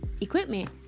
equipment